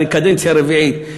אני קדנציה רביעית.